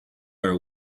our